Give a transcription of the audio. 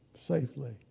safely